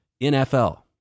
NFL